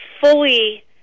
fully